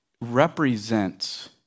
represents